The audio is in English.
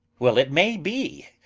well, it may be.